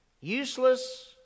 Useless